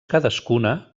cadascuna